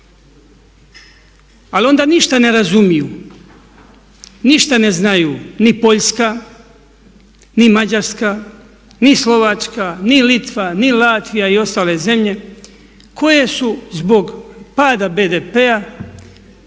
Ali onda ništa ne razumiju, ništa ne znaju ni Poljska, ni Mađarska, ni Slovačka, ni Litva, ni Latvija i ostale zemlje koje su zbog pada BDP-a